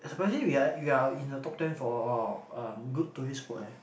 surprisingly we are we are in the top ten for um good tourist spot eh